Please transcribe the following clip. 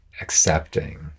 accepting